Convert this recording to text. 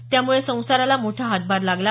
यामुळे संसाराला मोठा हातभार लागला